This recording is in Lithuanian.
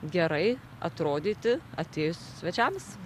gerai atrodyti atėjus svečiams